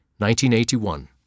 1981